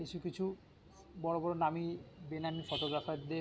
কিছু কিছু বড় বড় নামী বেনামী ফোটোগ্রাফারদের